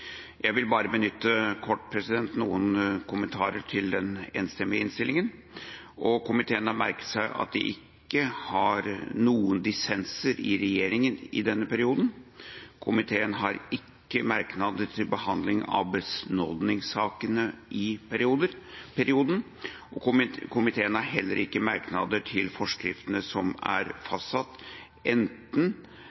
Jeg vil bare kort knytte noen kommentarer til den enstemmige innstillinga: Komiteen har merket seg at vi ikke har noen dissenser i regjeringa i denne perioden. Komiteen har ikke merknader til behandling av benådningssakene i perioden. Komiteen har heller ikke merknader til forskriftene som er